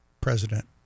president